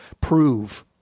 prove